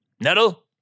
Nettle